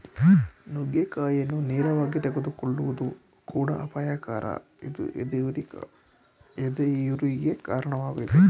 ನುಗ್ಗೆಕಾಯಿಯನ್ನು ನೇರವಾಗಿ ತೆಗೆದುಕೊಳ್ಳುವುದು ಕೂಡ ಅಪಾಯಕರ ಇದು ಎದೆಯುರಿಗೆ ಕಾಣವಾಗ್ತದೆ